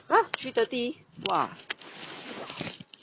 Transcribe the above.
!huh! three thirty !wah!